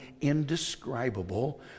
indescribable